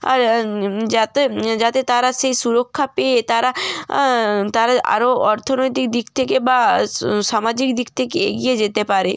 আর যাতে যাতে তারা সেই সুরক্ষা পেয়ে তারা তারা আরো অর্থনৈতিক দিক থেকে বা স সামাজিক দিক থেকে এগিয়ে যেতে পারে